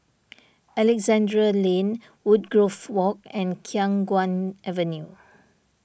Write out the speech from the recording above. Alexandra Lane Woodgrove Walk and Khiang Guan Avenue